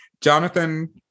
Jonathan